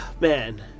man